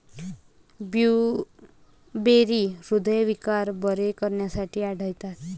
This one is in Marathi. ब्लूबेरी हृदयविकार बरे करण्यासाठी आढळतात